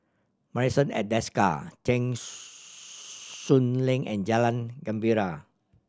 Marrison at Desker Cheng Soon Lane and Jalan Gembira